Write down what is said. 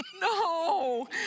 no